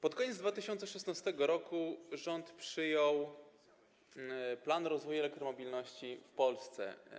Pod koniec 2016 r. rząd przyjął „Plan rozwoju elektromobilności w Polsce”